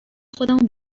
خودمو